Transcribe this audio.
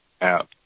app